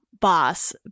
boss